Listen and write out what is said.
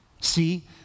See